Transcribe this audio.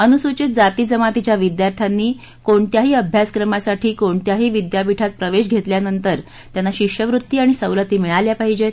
अनुसूचित जाती जमातीच्या विद्यार्थ्यांनी कोणत्याही अभ्यासक्रमासाठी कोणत्याही विद्यापीठात प्रवेश घेतल्यानंतर त्यांना शिष्यवृत्ती आणि सवलती मिळाल्या पाहिजेत